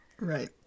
Right